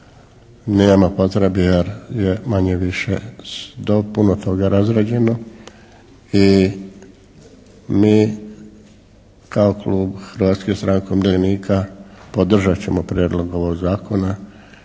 nema potrebe jer je manje-više puno toga razrađeno. I mi kao klub Hrvatske stranke umirovljenika podržat ćemo prijedlog ovog zakona